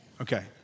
Okay